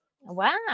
wow